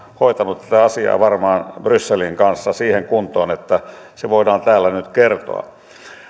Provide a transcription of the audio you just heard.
hoitanut tätä asiaa varmaan brysselin kanssa siihen kuntoon että se voidaan täällä nyt kertoa